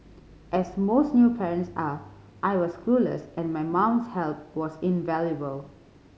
as most new parents are I was clueless and my mum's help was invaluable